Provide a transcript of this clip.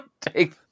take